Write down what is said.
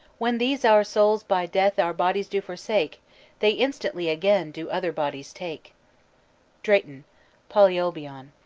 when these our souls by death our bodies do forsake they instantly again do other bodies take drayton polyolbion.